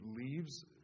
leaves